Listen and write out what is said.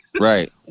Right